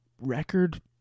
record